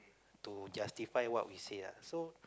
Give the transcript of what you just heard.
to justify what we say ah so